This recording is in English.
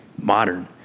modern